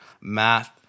math